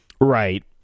right